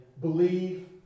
believe